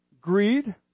Greed